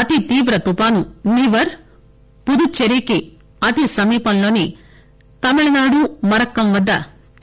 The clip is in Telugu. అతితీవ్రతుఫాను నివర్ పుదుచ్చెరికి అతిసమీపంలోని తమిళనాడు మరక్కం వద్ద